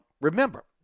Remember